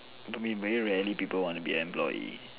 but mean very rarely people wanna be employee